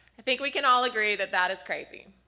i think we can all agree that, that is crazy.